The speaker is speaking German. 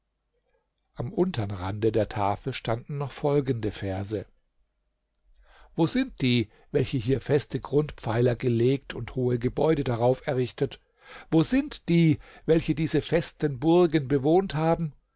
am untern rande der tafel standen noch folgende verse wo sind die welche hier feste grundpfeiler gelegt und hohe gebäude darauf errichtet wo sind die welche diese festen burgen bewohnt haben